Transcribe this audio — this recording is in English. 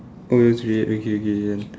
oh it's red okay okay then